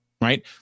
right